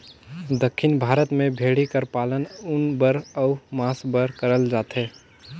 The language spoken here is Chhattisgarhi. दक्खिन भारत में भेंड़ी कर पालन ऊन बर अउ मांस बर करल जाथे